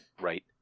right